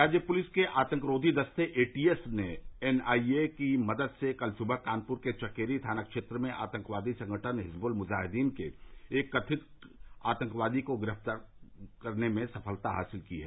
राज्य पुलिस के आतंकरोधी दस्ते एटीएस ने एनआईए की मदद से कल सुबह कानपुर के चकेरी थाना क्षेत्र में आतंकवादी संगठन हिजबुल मुजाहिदीन के एक कथित आतंकवादी को गिरफ़्तार करने में सफलता हासिल की है